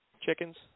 chickens